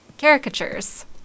Caricatures